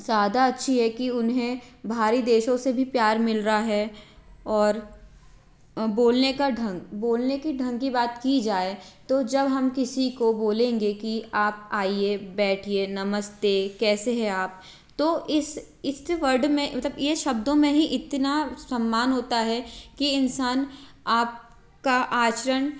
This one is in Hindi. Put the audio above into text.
ज़्यादा अच्छी है कि उन्हें भारी देशों से भी प्यार मिल रहा है और बोलने का ढंग बोलने की ढंग की बात की जाए तो जब हम किसी को बोलेंगे कि आप आइए बैठिए नमस्ते कैसे हैं आप तो इस इस वर्ड में ये मतलब ये शब्दों में ही इतना सम्मान होता है कि इंसान आपका आचरण